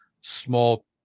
small